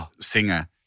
singer-